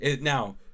Now